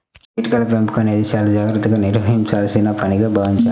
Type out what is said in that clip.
కీటకాల పెంపకం అనేది చాలా జాగర్తగా నిర్వహించాల్సిన పనిగా భావించాలి